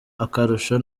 akarusho